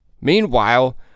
Meanwhile